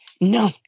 No